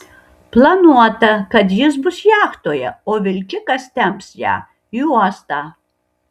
planuota kad jis bus jachtoje o vilkikas temps ją į uostą